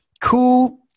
cool